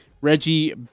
Reggie